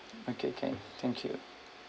okay can thank you